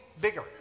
bigger